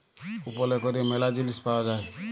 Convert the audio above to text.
কুপলে ক্যরে ম্যালা জিলিস পাউয়া যায়